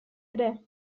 ere